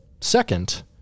second